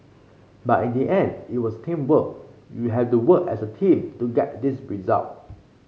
but in the end it was teamwork you have to work as a team to get this result